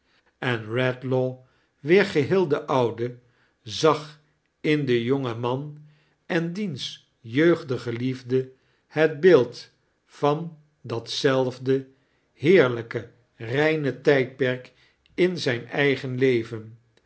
en redlaw weer geheel de oude zag in den jongen man en diens jeugdige liefde het beeld van datzelfde heerlijke reine tijdperk in zijn eigen leven